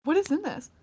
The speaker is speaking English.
what is in this?